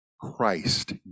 Christ